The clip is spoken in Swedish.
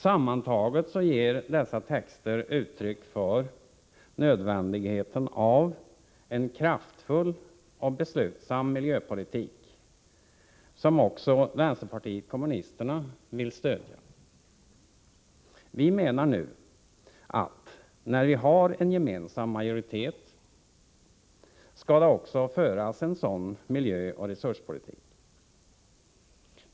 Sammantaget ger dessa texter uttryck för en insikt om nödvändigheten av en kraftfull och beslutsam miljöpolitik, som också vänsterpartiet kommunisterna vill stödja. Vi menar nu att det, när vi har en gemensam majoritet, också skall föras en sådan miljöoch resurspolitik.